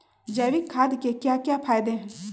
जैविक खाद के क्या क्या फायदे हैं?